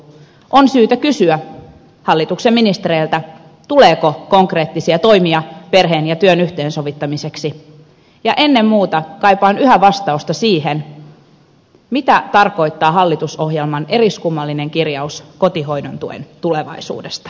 on syytä kysyä hallituksen ministereiltä tuleeko konkreettisia toimia perheen ja työn yhteensovittamiseksi ja ennen muuta kaipaan yhä vastausta siihen mitä tarkoittaa hallitusohjelman eriskummallinen kirjaus kotihoidon tuen tulevaisuudesta